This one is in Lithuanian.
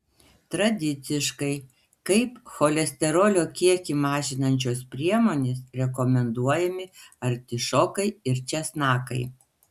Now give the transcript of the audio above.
tradiciškai kaip cholesterolio kiekį mažinančios priemonės rekomenduojami artišokai ir česnakai